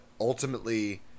ultimately